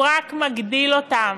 אלא רק מגדיל אותם.